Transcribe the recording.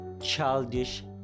childish